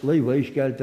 laivai iškelti